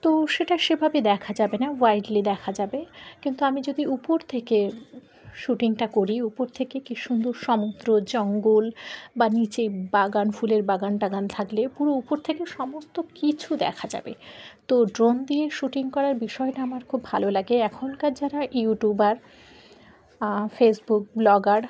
তো সেটা সেভাবে দেখা যাবে না ওয়াইডলি দেখা যাবে কিন্তু আমি যদি উপর থেকে শ্যুটিংটা করি উপর থেকে কী সুন্দর সমুদ্র জঙ্গল বা নিচে বাগান ফুলের বাগান টাগান থাকলে পুরো উপর থেকে সমস্ত কিছু দেখা যাবে তো ড্রোন দিয়ে শ্যুটিং করার বিষয়টা আমার খুব ভালো লাগে এখনকার যারা ইউটিউবার ফেসবুক ব্লগার